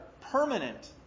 permanent